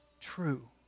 true